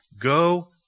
Go